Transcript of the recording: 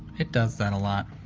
it does that a lot.